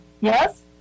Yes